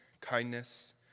kindness